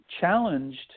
challenged